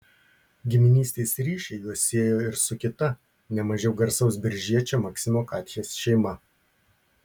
giminystės ryšiai juos siejo ir su kita ne mažiau garsaus biržiečio maksimo katchės šeima